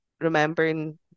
remembering